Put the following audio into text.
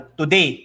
today